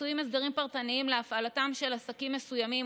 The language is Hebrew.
מצויים הסדרים פרטניים להפעלתם של עסקים מסוימים,